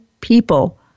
people